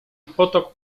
potok